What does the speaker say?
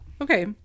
Okay